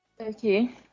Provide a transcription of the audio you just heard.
Okay